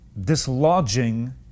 dislodging